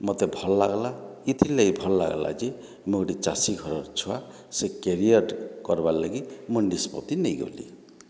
ମୋତେ ଭଲ୍ ଲାଗ୍ଲା ଏଥିର୍ ଲାଗି ଭଲ୍ ଲାଗ୍ଲା ଯେ ମୁଁ ଗୁଟେ ଚାଷୀ ଘର୍ର ଛୁଆ ସେ କ୍ୟାରିଅର୍ କର୍ବାର୍ ଲାଗି ମୁଁ ନିଷ୍ପତ୍ତି ନେଇଗଲି